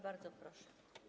Bardzo proszę.